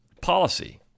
policy